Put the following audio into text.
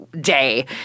day